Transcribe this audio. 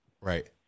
Right